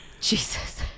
Jesus